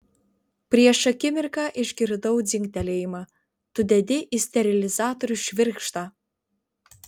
prieš akimirką išgirdau dzingtelėjimą tu dedi į sterilizatorių švirkštą